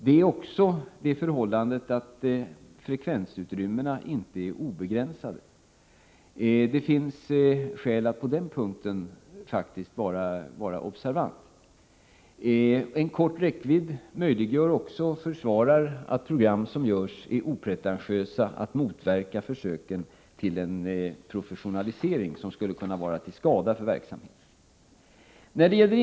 En annan anledning är det förhållandet att frekvensutrymmet inte är obegränsat. Det finns skäl att faktiskt vara observant på den punkten. En kort räckvidd möjliggör också, och försvarar, att program som görs är opretentiösa. Det kan motverka försöken till en professionalisering, som skulle kunna vara till skada för verksamheten.